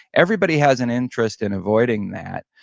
everybody has an interest in avoiding that,